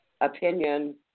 opinion